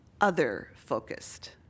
other-focused